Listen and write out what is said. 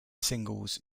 singles